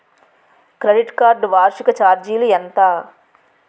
Credit card వార్షిక ఛార్జీలు ఎంత?